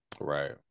Right